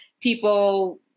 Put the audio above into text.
people